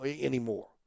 anymore